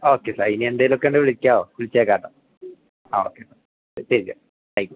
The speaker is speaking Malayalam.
ഓക്കെ സാർ ഇനിയെന്തെങ്കിലുമൊക്കെ ഉണ്ടെങ്കില് വിളിക്കാമോ വിളിച്ചേക്കാം കേട്ടോ ആ ഓക്കെ സാർ ശരി സാർ താങ്ക് യൂ